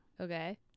Okay